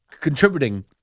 contributing